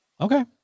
Okay